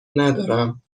ندارم